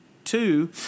Two